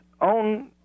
own